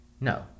no